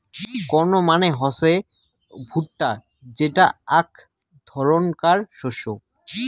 corn মানে হসে ভুট্টা যেটা আক ধরণকার শস্য